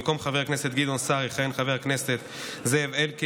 במקום חבר הכנסת גדעון סער יכהן חבר הכנסת זאב אלקין,